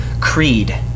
creed